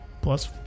Plus